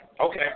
Okay